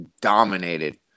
dominated